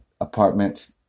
apartment